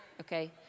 Okay